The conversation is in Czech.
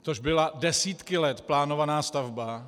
Což byla desítky let plánovaná stavba.